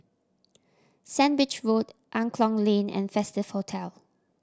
Sandwich Road Angklong Lane and Festive Hotel